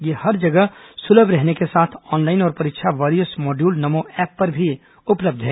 यह हर जगह सुलभ रहने के साथ ऑनलाइन और परीक्षा वारियर्स मॉड्यूल नमो ऐप पर भी उपलब्ध है